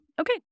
Okay